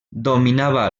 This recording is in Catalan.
dominava